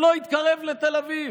שלא יתקרב לתל אביב,